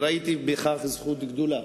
ראיתי בכך זכות גדולה.